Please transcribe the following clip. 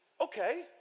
okay